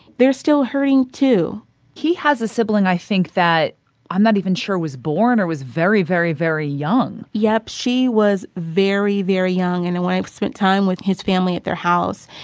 they're still hurting, too he has a sibling, i think, that i'm not even sure was born or was very, very, very young yep. she was very, very young. and when i spent time with his family at their house,